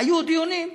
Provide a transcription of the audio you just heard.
היו דיונים,